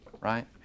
Right